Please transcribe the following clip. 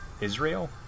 Israel